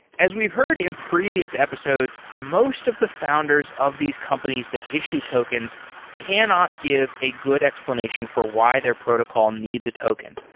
as we've heard in previous episodes, most of the founders of these companies that issue tokens cannot give a good explanation for why their protocol needs a token.